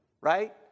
right